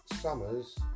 summer's